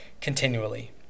continually